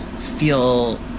feel